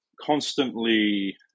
constantly